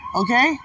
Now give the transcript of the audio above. okay